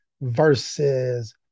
versus